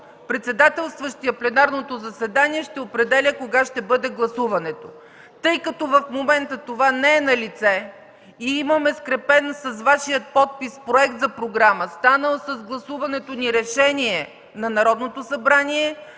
председателстващият пленарното заседание ще определя кога ще бъде гласуването. Тъй като в момента това не е налице и имаме скрепен с Вашия подпис проект за програма, станал с гласуването ни решение на Народното събрание,